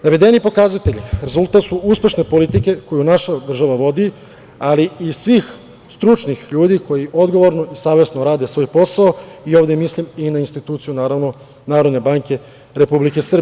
Navedeni pokazatelji su rezultat uspešne politike koju naša država vodi, ali i svih stručnih ljudi koji odgovorno i savesno rade svoj posao i ovde mislim i na instituciju, naravno, NBS.